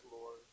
Lord